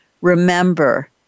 Remember